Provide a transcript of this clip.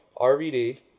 RVD